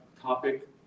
topic